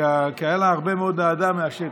כי הייתה לה הרבה מאוד אהדה מהשטח,